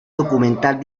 documental